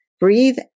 Breathe